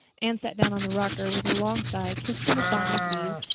anne sat down on the rocker with a long sigh, kissed one of bonny's leaves,